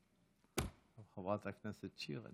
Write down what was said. איפה חברת הכנסת שיר?